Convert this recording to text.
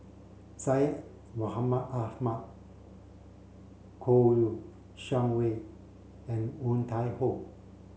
Syed Mohamed Ahmed Kouo Shang Wei and Woon Tai Ho